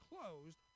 closed